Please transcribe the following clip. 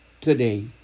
today